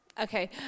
Okay